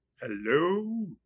Hello